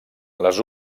les